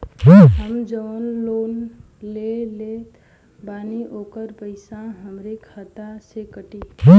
हम जवन लोन लेले बानी होकर पैसा हमरे खाते से कटी?